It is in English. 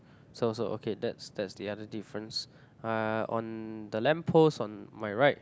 so so okay that's that's the other difference ah on the lamp post on my right